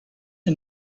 who